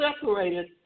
separated